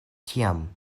tiam